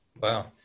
Wow